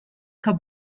que